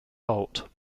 halt